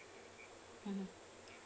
mmhmm